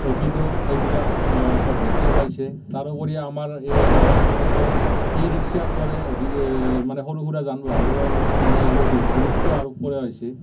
rapid' এইবিলাক পদ্ধতি ওলাইছে তাৰোপৰি আমাৰ এই গাঁও অঞ্চলতো ই ৰিক্সাৰ দৰে মানে সৰু সুৰা যান বাহনবোৰৰ মানে গুৰুত্ব আৰোপ কৰা হৈছে